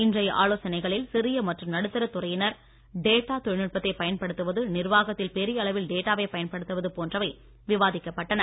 இன்றைய ஆலோசனைகளில் சிறிய மற்றும் நடுத்தர துறையினர் டேட்டா தொழில்நுட்பத்தை பயன்படுத்துவது நிர்வாகத்தில் பெரிய அளவில் டேட்டாவை பயன்படுத்துவது போன்றவை விவாதிக்கப்பட்டன